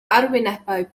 arwynebau